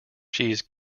she’s